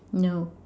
no